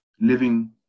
living